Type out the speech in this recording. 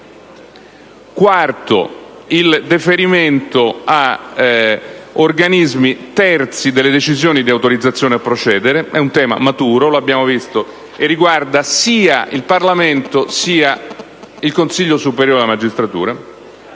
Quarto tema: il deferimento a organismi terzi delle decisioni di autorizzazione a procedere (è un tema maturo, lo abbiamo visto, e riguarda sia il Parlamento sia il Consiglio superiore della magistratura).